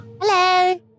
Hello